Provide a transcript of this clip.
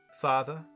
father